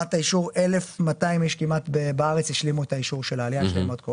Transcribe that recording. שכמעט 1,200 איש בארץ השלימו את האישור של העלייה שלהם עד כה,